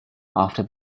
after